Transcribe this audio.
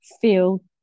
feel